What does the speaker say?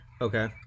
Okay